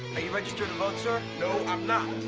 registered to vote, sir? no, i'm not.